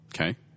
Okay